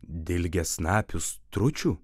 dilgesnapių stručių